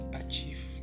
achieve